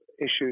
issues